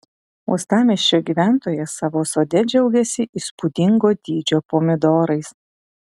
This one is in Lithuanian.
uostamiesčio gyventojas savo sode džiaugiasi įspūdingo dydžio pomidorais